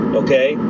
okay